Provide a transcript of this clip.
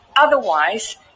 Otherwise